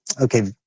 okay